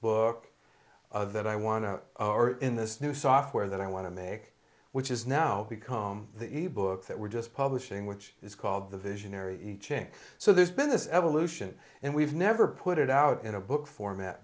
book that i want to in this new software that i want to make which is now become the e book that we're just publishing which is called the visionary iching so there's been this evolution and we've never put it out in a book format